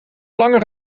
langer